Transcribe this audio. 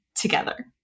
together